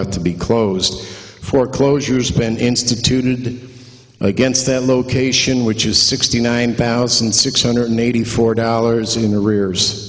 have to be closed foreclosures been instituted against that location which is sixty nine thousand six hundred eighty four dollars in the rear